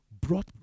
brought